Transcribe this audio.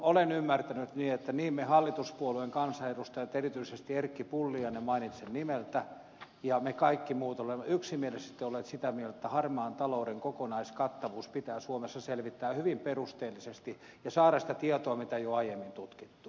olen ymmärtänyt niin että me hallituspuolueen kansanedustajat erityisesti erkki pulliaisen mainitsen nimeltä mutta myös me kaikki muut olemme yksimielisesti olleet sitä mieltä että harmaan talouden kokonaiskattavuus pitää suomessa selvittää hyvin perusteellisesti ja saada sitä tietoa mitä ei ole aiemmin tutkittu